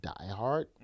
diehard